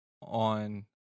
on